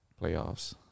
playoffs